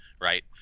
right